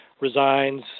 resigns